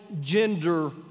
gender